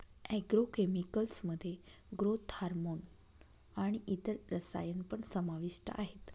agro chemicals मध्ये growth hormone आणि इतर रसायन पण समाविष्ट आहेत